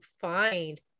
find